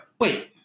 wait